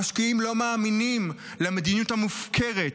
המשקיעים לא מאמינים למדיניות המופקרת